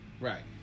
right